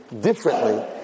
differently